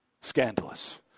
Scandalous